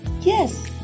yes